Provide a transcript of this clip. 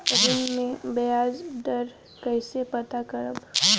ऋण में बयाज दर कईसे पता करब?